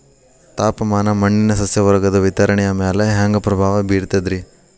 ತಾಪಮಾನ ಮಣ್ಣಿನ ಸಸ್ಯವರ್ಗದ ವಿತರಣೆಯ ಮ್ಯಾಲ ಹ್ಯಾಂಗ ಪ್ರಭಾವ ಬೇರ್ತದ್ರಿ?